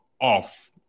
Off